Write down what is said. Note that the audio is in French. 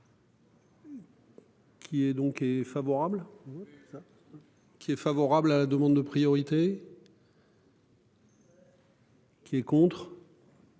Qui est donc est favorable.-- Qui est favorable à la demande de priorité.-- Qui est contre.--